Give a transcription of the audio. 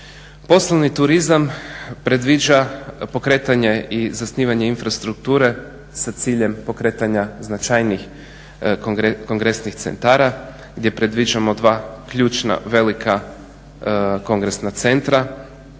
Poslovni turizam predviđa pokretanje i zasnivanje infrastrukture sa ciljem pokretanja značajnijih kongresnih centara gdje predviđamo dva ključna velika kongresna centra,